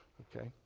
ok.